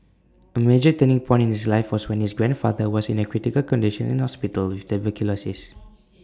A major turning point in his life was when his grandfather was in A critical condition in hospital with tuberculosis